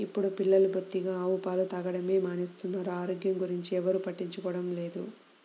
ఇప్పుడు పిల్లలు బొత్తిగా ఆవు పాలు తాగడమే మానేస్తున్నారు, ఆరోగ్యం గురించి ఎవ్వరు పట్టించుకోవడమే లేదు